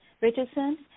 Richardson